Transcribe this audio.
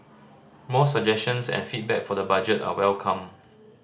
more suggestions and feedback for the budget are welcome